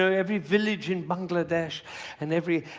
so every village in bangladesh and every